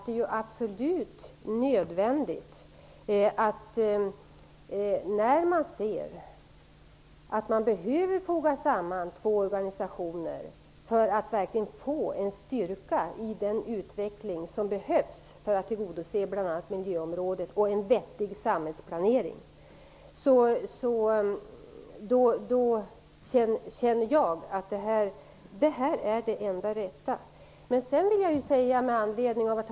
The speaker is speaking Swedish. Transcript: Det är absolut nödvändigt att agera när man ser att man behöver foga samman två organisationer för att verkligen få en stryka i den utveckling som behövs för att tillgodose krav på miljöområdet och en vettig samhällsplanering. Jag känner att detta är det enda rätta.